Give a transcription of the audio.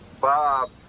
Bob